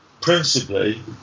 principally